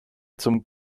zum